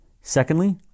Secondly